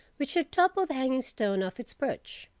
which had toppled the hanging stone off its perch.